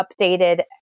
updated